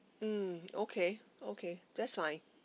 mm okay okay that's fine